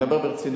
אני מדבר ברצינות,